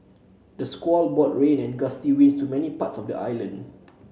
the squall brought rain and gusty winds to many parts of the island